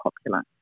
popular